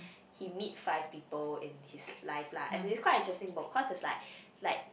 he meet five people in his life lah as in it's quite interesting book cause it's like like